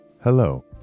Hello